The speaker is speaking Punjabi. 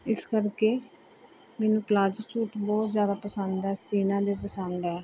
ਇਸ ਕਰਕੇ ਮੈਨੂੰ ਪਲਾਜੋ ਸੂਟ ਬਹੁਤ ਜ਼ਿਆਦਾ ਪਸੰਦ ਹੈ ਸਿਊਣਾ ਵੀ ਪਸੰਦ ਹੈ